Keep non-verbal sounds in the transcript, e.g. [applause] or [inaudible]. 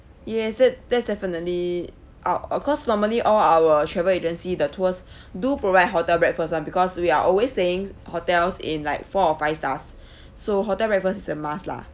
yes that that's definitely out orh course normally all our travel agency the tours [breath] do provide hotel breakfast [one] because we are always stayings hotels in like four or five stars [breath] so hotel breakfast is a must lah